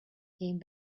came